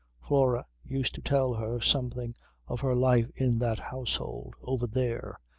flora used to tell her something of her life in that household, over there,